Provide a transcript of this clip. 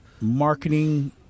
marketing